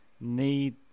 need